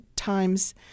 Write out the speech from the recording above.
times